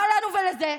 מה לנו ולזה?